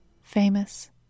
famous